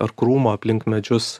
ar krūmo aplink medžius